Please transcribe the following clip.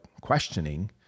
questioning